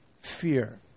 fear